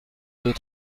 deux